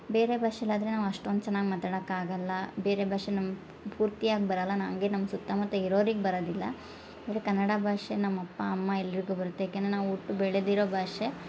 ಬೇರೆ ಭಾಷೆಲಿ ಆದರೆ ನಾವು ಅಷ್ಟೊಂದು ಚೆನ್ನಾಗಿ ಮಾತಾಡಕ್ಕಾಗಲ್ಲ ಬೇರೆ ಭಾಷೆ ನಮ್ ಪೂರ್ತಿಯಾಗಿ ಬರಲ್ಲ ನನಗೆ ನಮ್ಮ ಸುತ್ತಮುತ್ತ ಇರೋರಿಗೆ ಬರೋದಿಲ್ಲ ಇದು ಕನ್ನಡ ಭಾಷೆ ನಮ್ಮ ಅಪ್ಪ ಅಮ್ಮ ಎಲ್ಲರಿಗೂ ಬರುತ್ತೆ ಏಕೆಂದರೆ ನಾವು ಹುಟ್ಟು ಬೆಳದಿರೊ ಭಾಷೆ